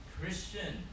Christian